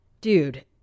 dude